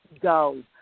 go